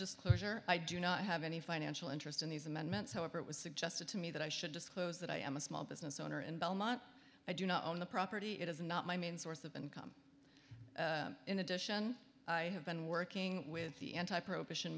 disclosure i do not have any financial interest in these amendments however it was suggested to me that i should disclose that i am a small business owner in belmont i do not own the property it is not my main source of income in addition i have been working with the anti prohibition